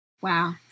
Wow